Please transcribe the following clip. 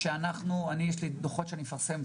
אין קבוצה.